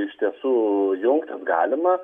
iš tiesų jungt galima